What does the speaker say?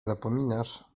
zapominasz